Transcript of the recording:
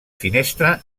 finestra